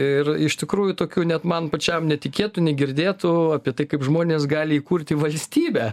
ir iš tikrųjų tokių net man pačiam netikėtų negirdėtų apie tai kaip žmonės gali įkurti valstybę